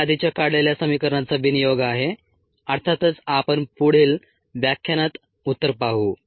हे आधीच्या काढलेल्या समीकरणाचा विनियोग आहे अर्थातच आपण पुढील व्याख्यानात उत्तर पाहू